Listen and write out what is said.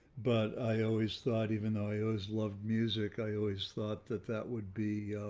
but i always thought even though i always loved music, i always thought that that would be